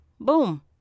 Boom